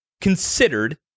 Considered